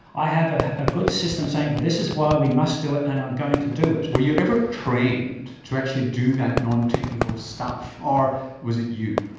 i have a ah good system saying but this is why we must do it and i'm going to do it. were you ever trained to do actually do that non-technical stuff, or was it you?